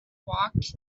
walked